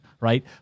right